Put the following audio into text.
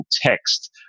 text